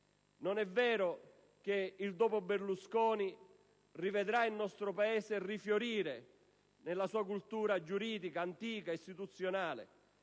non è vero che il dopo Berlusconi vedrà il nostro Paese rifiorire nella sua cultura giuridica, antica, istituzionale,